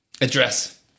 address